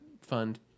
fund